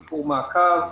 ביקור מעקב,